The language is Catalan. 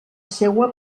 seua